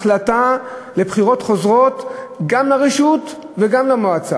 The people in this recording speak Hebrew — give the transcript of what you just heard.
החלטה על בחירות חוזרות גם לרשות וגם למועצה.